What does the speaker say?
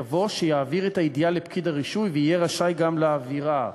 יבוא: 'שיעביר את הידיעה לפקיד הרישוי ויהיה רשאי גם להעבירה'".